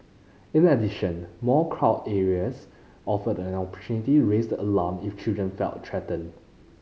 in addition more crowd areas offer an opportunity to raise the alarm if children felt threatened